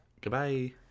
Goodbye